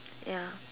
ya